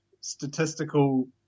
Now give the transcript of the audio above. statistical